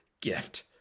gift